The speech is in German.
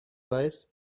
weiß